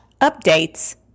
updates